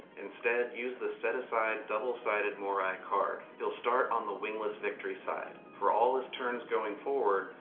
instead, use the set aside double-sided moirai card. he'll start on the wingless victory side. for all his turns going forward,